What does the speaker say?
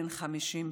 בן 50 במותו.